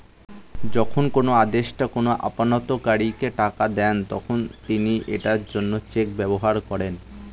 যখন কোনো আদেষ্টা কোনো আমানতকারীকে টাকা দেন, তখন তিনি এটির জন্য চেক ব্যবহার করেন